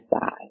side